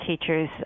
teachers